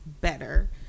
better